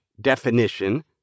definition